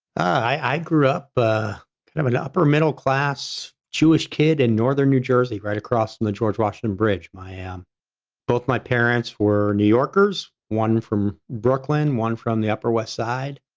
i grew up in but kind of an upper middle class, jewish kid in northern new jersey, right across from the george washington bridge. my um both my parents were new yorkers, one from brooklyn, one from the upper west side.